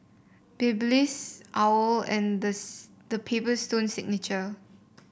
Babyliss OWL and the The Paper Stone Signature